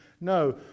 No